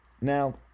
Now